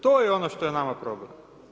To je ono što je nama problem.